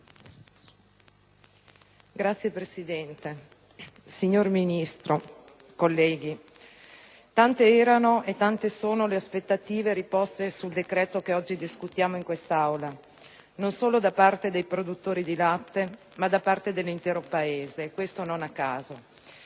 Signora Presidente, signor Ministro, colleghi, tante erano e tante sono le aspettative riposte sul decreto che oggi discutiamo in quest'Aula, non solo da parte dei produttori di latte, ma anche da parte dell'intero Paese, e questo non a caso.